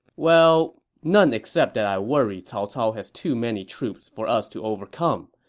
well, none except that i worry cao cao has too many troops for us to overcome,